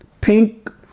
pink